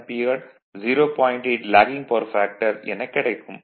8 lagging power factor எனக் கிடைக்கும்